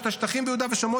יש את השטחים ביהודה ושומרון,